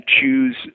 choose